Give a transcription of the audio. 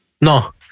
no